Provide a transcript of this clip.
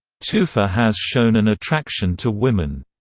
toofer has shown an attraction to women.